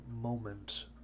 moment